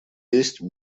есть